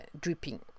dripping